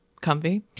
comfy